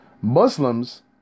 Muslims